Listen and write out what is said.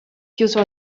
chiuso